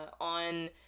on